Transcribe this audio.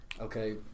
okay